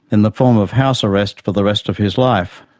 in the form of house arrest for the rest of his life.